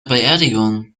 beerdigung